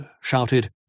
shouted